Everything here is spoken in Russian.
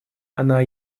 она